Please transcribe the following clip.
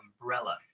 umbrella